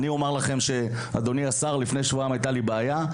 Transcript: אז לפני שבועיים הייתה לי בעיה.